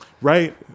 Right